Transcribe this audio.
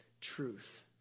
truth